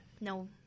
No